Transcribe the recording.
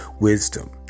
wisdom